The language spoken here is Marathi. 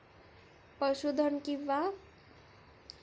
पशुधन विमा योजनेच्या माध्यमातून सोहनने आपल्या जनावरांचा विमा काढलेला आहे